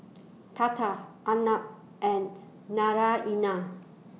Tata Arnab and